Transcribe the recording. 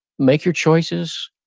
make your choices,